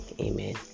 Amen